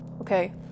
okay